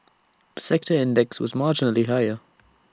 the sector index was marginally higher